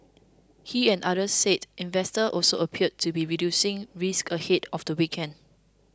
he and others said investors also appeared to be reducing risk ahead of the weekend